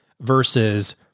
versus